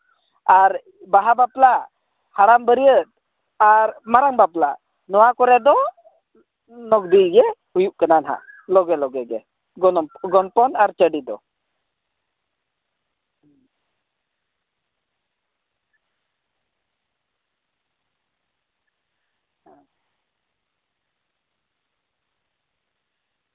ᱟᱨ ᱵᱟᱦᱟ ᱵᱟᱯᱞᱟ ᱦᱟᱲᱟᱢ ᱵᱟᱹᱨᱭᱟᱹᱛ ᱟᱨ ᱢᱟᱨᱟᱝ ᱵᱟᱯᱞᱟ ᱱᱚᱣᱟ ᱠᱚᱨᱮ ᱫᱚ ᱞᱚᱜᱽᱵᱤ ᱜᱮ ᱦᱩᱭᱩᱜᱼᱟ ᱠᱟᱱᱟ ᱱᱟᱜ ᱞᱚᱜᱮ ᱞᱚᱜᱮ ᱜᱮ ᱜᱚᱱᱚᱝ ᱜᱚᱱᱚᱝ ᱯᱚᱱ ᱟᱨ ᱪᱟᱹᱰᱤ ᱫᱚ